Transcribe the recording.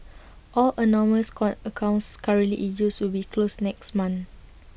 all anonymous quite accounts currently in use will be closed next month